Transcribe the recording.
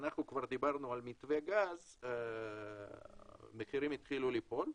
כשדיברנו על מתווה גז המחירים התחילו ליפול.